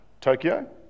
Tokyo